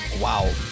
Wow